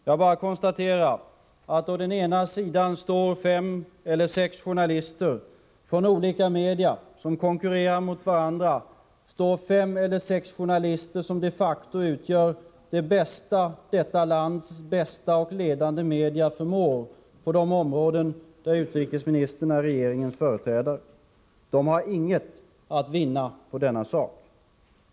Jag konstaterar bara att det på den sidan står fem eller sex journalister från olika media som konkurrerar med varandra. Dessa fem eller sex journalister utgör de facto det bästa detta lands ledande media förmår på de områden där utrikesministern är regeringens företrädare. De har inget att vinna på denna sak.